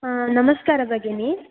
आ नमस्कार भगिनि